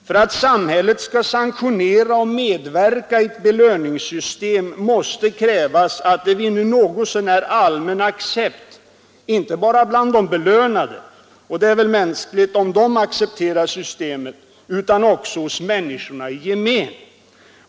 För att samhället skall sanktionera och medverka i ett belöningssystem måste krävas att systemet vinner en något så när allmän accept, inte bara bland de belönade — det är väl mänskligt om de accepterar systemet — utan också hos människorna i gemen.